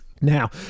Now